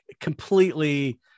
completely